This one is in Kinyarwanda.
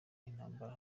intambara